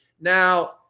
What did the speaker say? Now